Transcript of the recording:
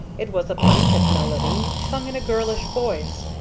it was a plaintive melody, sung in a girlish voice,